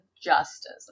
justice